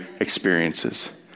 experiences